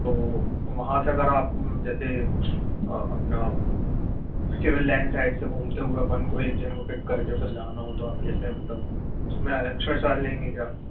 तो वहाँ से अगर आप जैसे अपना सिविल लाइन साइट से घूमते हुए अपन को एक जन को पिक करके फिर जाना हो तो आप कैसे मतलब उसमें एक्स्ट्रा चार्ज लेंगे क्या